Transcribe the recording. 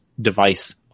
device